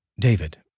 David